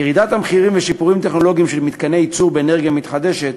ירידת המחירים ושיפורים טכנולוגיים של מתקני ייצור באנרגיה מתחדשת